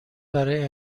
برای